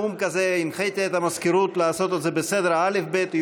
הנחיתי את המזכירות לעשות את זה בסדר האל"ף-בי"ת.